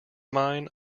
mine